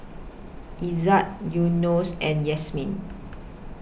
Izzat Yunos and Yasmin